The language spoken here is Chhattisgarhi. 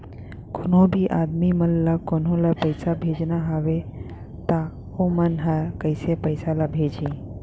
कोन्हों भी आदमी मन ला कोनो ला पइसा भेजना हवय त उ मन ह कइसे पइसा ला भेजही?